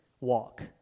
walk